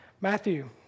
Matthew